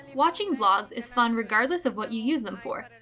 watching vlogs is fun regardless of what you use them for.